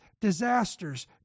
disasters